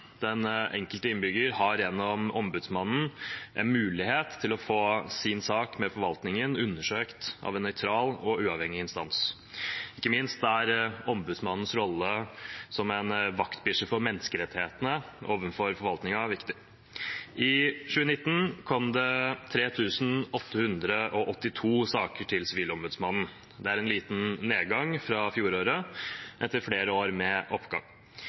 Den enkelte innbygger har gjennom Sivilombudsmannen en mulighet til å få sin sak med forvaltningen undersøkt av en nøytral og uavhengig instans. Ikke minst er ombudsmannens rolle som en vaktbikkje for menneskerettighetene overfor forvaltningen viktig. I 2019 kom det 3 882 saker til Sivilombudsmannen. Det er en liten nedgang fra fjoråret, etter flere år med oppgang.